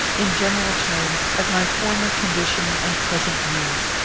in general terms, of my former condition and present views.